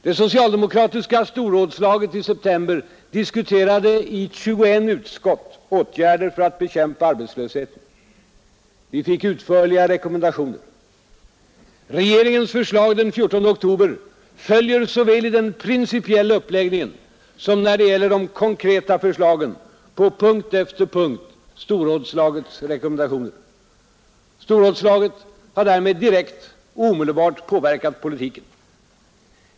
Det socialdemokratiska storrådslaget i september diskuterade i 21 utskott åtgärder för att bekämpa arbetslösheten. Vi fick utförliga rekommendationer. Regeringens förslag den 14 oktober följer såväl i den principiella uppläggningen som när det gäller de konkreta förslagen på punkt efter punkt storrådslagets rekommendationer. Storrådslaget har därmed direkt och omedelbart påverkat politiken.